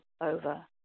over